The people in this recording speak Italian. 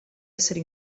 essere